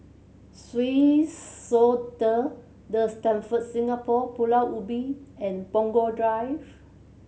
Swissotel The Stamford Singapore Pulau Ubin and Punggol Drive